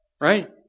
Right